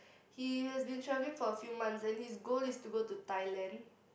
he has been travelling for a few months and his goal is to go to Thailand